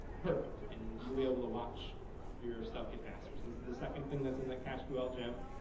perfect. and you'll be able to watch your stuff get faster. so this is the second thing that's in that cacheql gem.